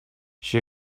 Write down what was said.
she